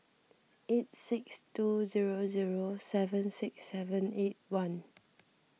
eight six two zero zero seven six seven eight one